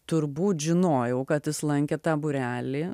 turbūt žinojau kad jis lankė tą būrelį